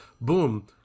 boom